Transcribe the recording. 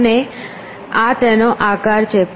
અને આ તેનો આકાર છે